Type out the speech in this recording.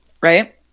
Right